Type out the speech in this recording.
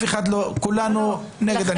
כולנו נגד אלימות במשפחה.